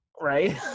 right